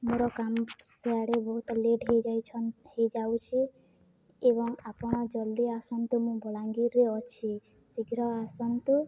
ମୋର କାମ ସିଆଡ଼େ ବହୁତ ଲେଟ୍ ହେଇଯାଉଛି ଏବଂ ଆପଣ ଜଲ୍ଦି ଆସନ୍ତୁ ମୁଁ ବଲାଙ୍ଗୀର୍ରେ ଅଛି ଶୀଘ୍ର ଆସନ୍ତୁ